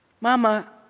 Mama